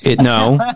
No